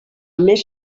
més